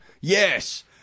Yes